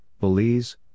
Belize